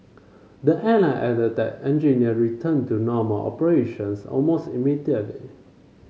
the airline added that engineer returned to normal operations almost immediately